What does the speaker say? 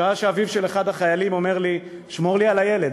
שעה שאביו של אחד החיילים אומר לי: שמור לי על הילד,